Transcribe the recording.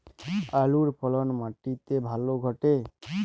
আলুর ফলন মাটি তে ভালো ঘটে?